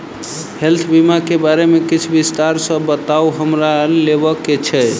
Health बीमा केँ बारे किछ विस्तार सऽ बताउ हमरा लेबऽ केँ छयः?